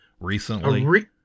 recently